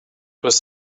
was